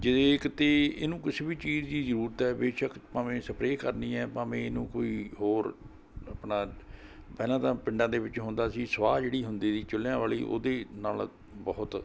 ਜੇ ਕਿਤੇ ਇਹਨੂੰ ਕੁਛ ਵੀ ਚੀਜ਼ ਦੀ ਜ਼ਰੂਰਤ ਹੈ ਬੇਸ਼ੱਕ ਭਾਵੇਂ ਸਪਰੇਅ ਕਰਨੀ ਹੈ ਭਾਵੇਂ ਇਹਨੂੰ ਕੋਈ ਹੋਰ ਆਪਣਾ ਪਹਿਲਾਂ ਤਾਂ ਪਿੰਡਾਂ ਦੇ ਵਿੱਚ ਹੁੰਦਾ ਸੀ ਸਵਾਹ ਜਿਹੜੀ ਹੁੰਦੀ ਸੀ ਚੁੱਲ੍ਹਿਆਂ ਵਾਲੀ ਉਹਦੇ ਨਾਲ਼ ਬਹੁਤ